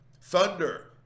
Thunder